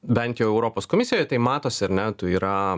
bent jau europos komisijoj tai matosi ar ne tai yra